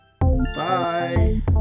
bye